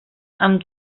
amb